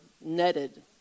netted